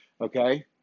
okay